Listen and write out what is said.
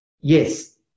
yes